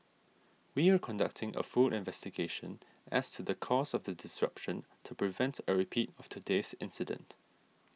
we are conducting a full investigation as to the cause of the disruption to prevent a repeat of today's incident